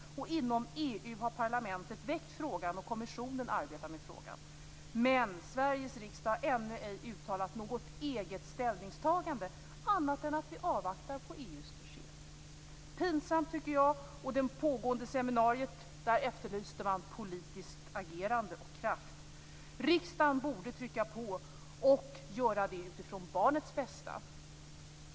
Inom EU har parlamentet väckt frågan, och kommissionen arbetar med den. Men Sveriges riksdag har ännu inte uttalat något eget ställningstagande, annat än att vi avvaktar EU:s besked. Det är pinsamt, tycker jag. På det pågående seminariet efterlyste man politiskt agerande och politisk kraft. Riksdagen borde här vara pådrivande utifrån barnens bästa.